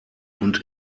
und